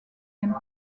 and